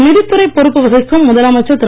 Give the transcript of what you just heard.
நிதித்துறை பொறுப்பு வகிக்கும் முதலமைச்சர் திரு